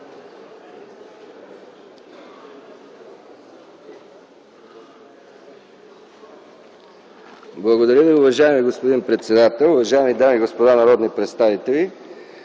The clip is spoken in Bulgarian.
Благодаря Ви, уважаеми господин председател. Уважаеми дами и господа народни представители!